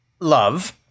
love